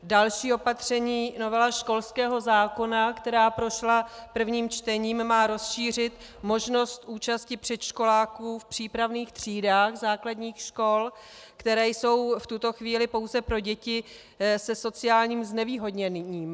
Další opatření nového školského zákona, které prošlo prvním čtením, má rozšířit možnost části předškoláků v přípravných třídách základních škol, které jsou v tuto chvíli pouze pro děti se sociálních znevýhodněním.